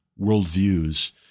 worldviews